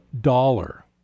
dollar